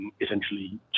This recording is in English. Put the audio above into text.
Essentially